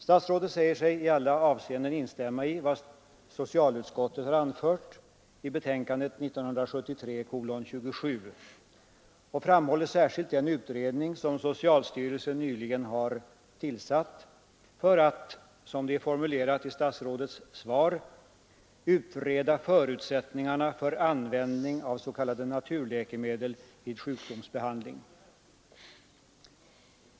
Statsrådet säger sig i alla avseenden instämma i vad socialutskottet har anfört i betänkandet 1973:27 och framhåller särskilt den utredning som socialstyrelsen nyligen har tillsatt för att, som det är formulerat i statsrådets svar, ”utreda förutsättningarna för användning av s.k. naturläkemedel vid sjukdomsbehandling”.